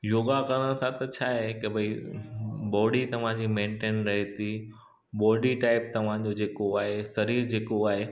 योगा करण सां त छा आहे की भई बॉडी तवांजी मेनटेन रहे थी बॉडी टाइप तव्हांजो जेको आहे शरीर जेको आहे